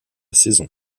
saison